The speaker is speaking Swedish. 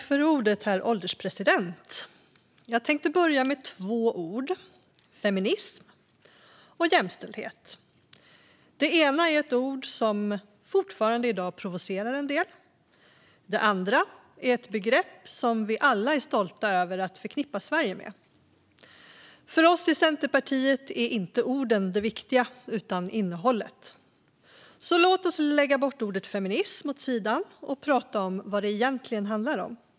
Herr ålderspresident! Jag tänkte börja med två ord: feminism och jämställdhet. Det ena är ett ord som fortfarande i dag provocerar en del, och det andra är ett begrepp som vi alla är stolta att förknippa Sverige med. För oss i Centerpartiet är det inte orden som är det viktiga, utan det är innehållet. Låt oss därför lägga ordet "feminism" åt sidan och prata om vad det egentligen handlar om!